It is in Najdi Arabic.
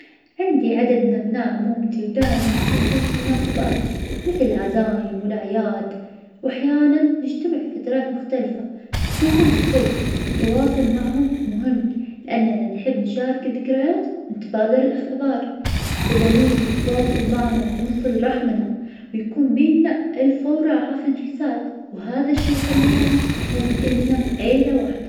عندي عدد من ابناء عمومتي, ودايماً أشوفهم في المناسبات, مثل العزايم والاعياد, وأحياناً نجتمع في فترات مختلفة, وخصوصاً في الصيف, التواصل معهم مهم, لأننا نحب نشارك الذكريات وتبادل الأخبار, وضروري نتواصل معهم ونصل رحمنا, ويكون بينا ألف وراحة في الجلسات, وهذا الشي يخلينا نحس إننا عيلة واحدة.